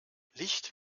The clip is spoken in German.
licht